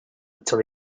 until